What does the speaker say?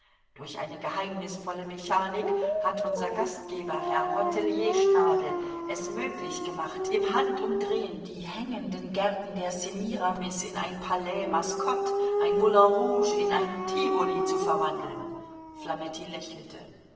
durch eine geheimnisvolle mechanik hat unser gastgeber herr hotelier schnabel es möglich gemacht im handumdrehen die hängenden gärten der semiramis in ein palais mascotte ein moulin rouge in ein tivoli zu verwandeln flametti lächelte